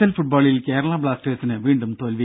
L ഫുട്ബോളിൽ കേരള ബ്ലാസ്റ്റേഴ്സിന് വീണ്ടും തോൽവി